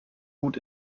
gut